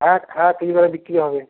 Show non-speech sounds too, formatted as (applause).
হ্যাঁ হ্যাঁ (unintelligible) বিক্রি হবে